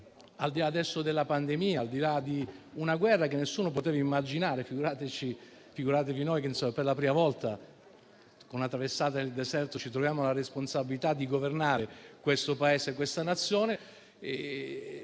al di là della pandemia e al di là di una guerra che nessuno poteva immaginare, figuratevi noi che per la prima volta, dopo una traversata nel deserto, ci troviamo con la responsabilità di governare questo Paese e questa Nazione.